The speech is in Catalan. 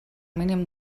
mínim